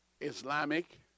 Islamic